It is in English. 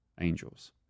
angels